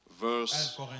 verse